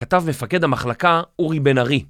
כתב מפקד המחלקה אורי בן-ארי